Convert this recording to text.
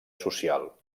social